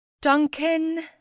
Duncan